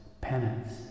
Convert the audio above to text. Penance